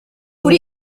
kuri